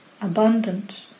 abundant